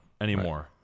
anymore